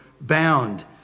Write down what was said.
bound